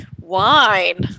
Wine